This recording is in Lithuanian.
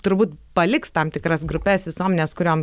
turbūt paliks tam tikras grupes visuomenės kuriom